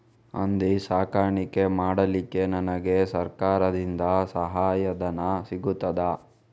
ಹಂದಿ ಸಾಕಾಣಿಕೆ ಮಾಡಲಿಕ್ಕೆ ನನಗೆ ಸರಕಾರದಿಂದ ಸಹಾಯಧನ ಸಿಗುತ್ತದಾ?